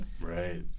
Right